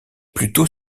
plutôt